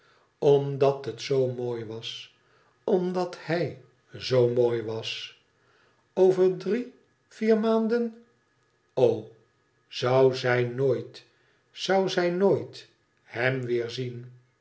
omdat het zoo mooi was omdat hij zoo mooi was over drie vier maanden o zou zij nooit zoii zij nooit hem weer zien